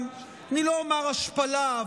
אני לא אומר השפלה,